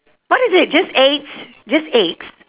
what is it just eggs just eggs